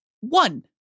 one